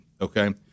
Okay